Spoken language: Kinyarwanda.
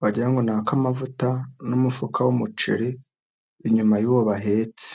wagira ngo ni ak'amavuta, n'umufuka w'umuceri inyuma y'uwo bahetse.